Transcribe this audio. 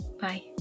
bye